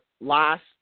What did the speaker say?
Last